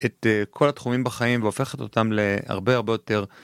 את כל התחומים בחיים והופכת אותם להרבה הרבה יותר.